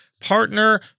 partner